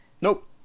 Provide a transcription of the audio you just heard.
Nope